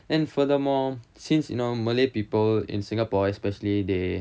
then furthermore since you know malay people in singapore especially they